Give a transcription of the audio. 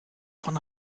von